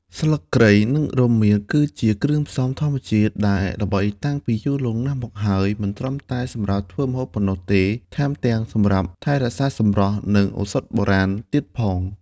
ស្លឹកគ្រៃ និងរមៀត គឺជាគ្រឿងផ្សំធម្មជាតិដែលល្បីតាំងពីយូរលង់ណាស់មកហើយ មិនត្រឹមតែសម្រាប់ធ្វើម្ហូបប៉ុណ្ណោះទេ ថែមទាំងសម្រាប់ថែរក្សាសម្រស់ និងឱសថបុរាណទៀតផង។